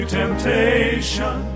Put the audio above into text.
temptation